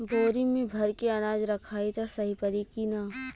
बोरी में भर के अनाज रखायी त सही परी की ना?